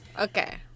Okay